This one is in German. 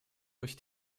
durch